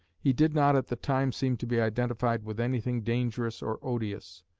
he did not at the time seem to be identified with anything dangerous or odious.